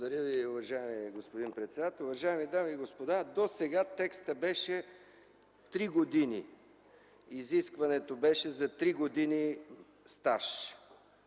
Благодаря Ви, уважаеми господин председател. Уважаеми дами и господа, досега текстът беше „3 години”. Изискването беше за 3 години стаж